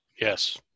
yes